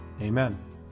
Amen